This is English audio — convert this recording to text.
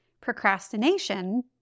procrastination